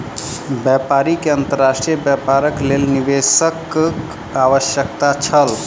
व्यापारी के अंतर्राष्ट्रीय व्यापारक लेल निवेशकक आवश्यकता छल